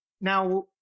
now